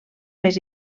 més